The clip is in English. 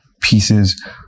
pieces